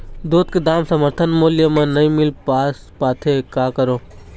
दूध के दाम समर्थन मूल्य म नई मील पास पाथे, का करों?